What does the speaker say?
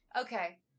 okay